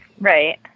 Right